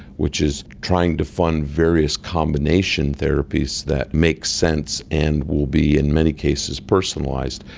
which is trying to fund various combination therapies that makes sense and will be in many cases personalised.